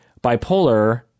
bipolar